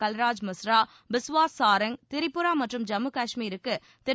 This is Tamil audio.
கல்ராஜ் மிஸ்ரா பிஸ்வாஸ் சாரங் தீரிபுரா மற்றும் ஜம்மு கஷ்மீருக்கு திரு